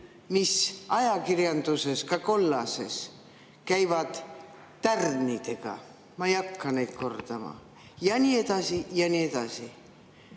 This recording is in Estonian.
mis ajakirjanduses, ka kollases, käivad tärnidega? Ma ei hakka neid kordama. Ja nii edasi, ja nii edasi.